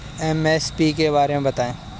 MSP के बारे में बतायें?